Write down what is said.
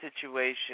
situation